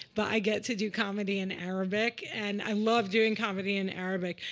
but i get to do comedy in arabic, and i love doing comedy in arabic.